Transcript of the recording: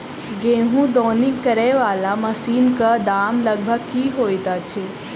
गेंहूँ दौनी करै वला मशीन कऽ दाम लगभग की होइत अछि?